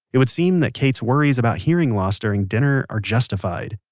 it would seem that kate's worries about hearing loss during dinner are justified.